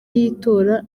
y’itora